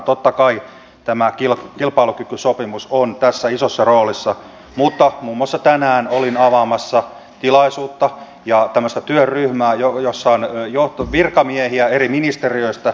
totta kai tämä kilpailukykysopimus on tässä isossa roolissa mutta muun muassa tänään olin avaamassa tilaisuutta ja tämmöistä työryhmää jossa on virkamiehiä eri ministeriöistä